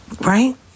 Right